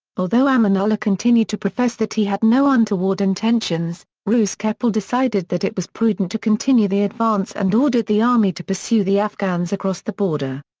although amanullah continued to profess that he had no untoward intentions, roos-keppel decided that it was prudent to continue the advance and ordered the army to pursue the afghans across the border.